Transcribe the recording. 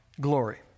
glory